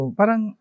parang